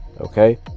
okay